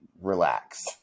relax